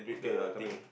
okay ah coming